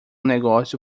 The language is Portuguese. negócio